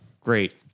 Great